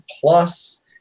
plus